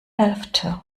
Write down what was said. hälfte